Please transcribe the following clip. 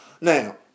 Now